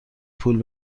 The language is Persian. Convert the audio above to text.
پول